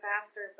faster